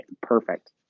perfect